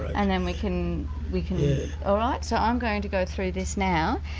and then we can we can all right? so i'm going to go through this now,